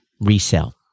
resell